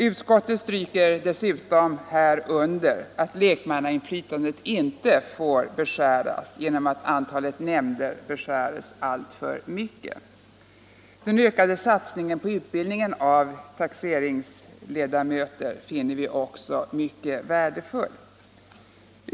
Utskottet stryker här dessutom under att lekmannainflytandet inte får beskäras genom att antalet nämnder begränsas alltför mycket. Den ökade satsningen på utbildningen av ledamöter i taxeringsnämnderna finner vi också mycket värdefull.